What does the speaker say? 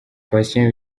patient